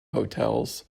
hotels